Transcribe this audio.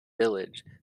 village